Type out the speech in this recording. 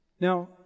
Now